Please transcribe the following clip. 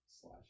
slash